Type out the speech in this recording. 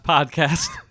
Podcast